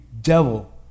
devil